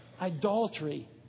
Idolatry